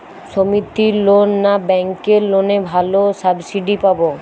সমিতির লোন না ব্যাঙ্কের লোনে ভালো সাবসিডি পাব?